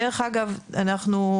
ברור שצריך אנשים,